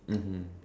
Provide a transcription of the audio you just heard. mmhmm